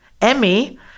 Emmy